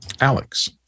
Alex